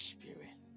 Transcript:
Spirit